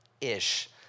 ish